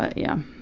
ah yeah.